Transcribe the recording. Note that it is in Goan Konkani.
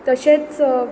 तशेंच